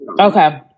Okay